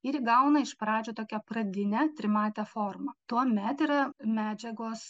ir įgauna iš pradžių tokią pradinę trimatę formą tuomet yra medžiagos